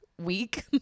week